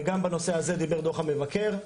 וגם בנושא הזה דיבר דו"ח המבקר.